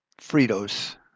Fritos